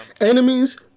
Enemies